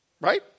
Right